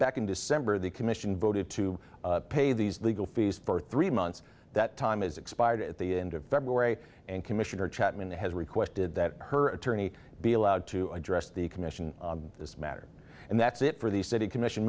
back in december the commission voted to pay these legal fees for three months that time is expired at the end of february and commissioner chapman has requested that her attorney be allowed to address the commission this matter and that's it for the city commission